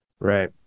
Right